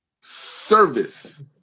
service